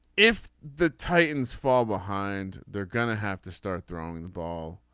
if the titans fall behind they're gonna have to start throwing the ball.